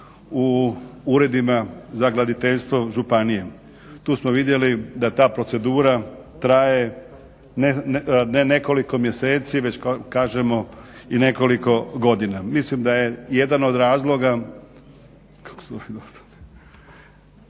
u Uredima za graditeljstvo županije. Tu smo vidjeli da ta procedura traje ne nekoliko mjeseci već kažemo i nekoliko godina. Mislim da je jedan od razloga